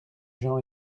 jean